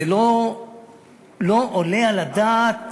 לא עולה על הדעת